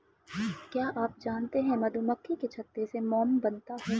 क्या आप जानते है मधुमक्खी के छत्ते से मोम बनता है